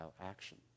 action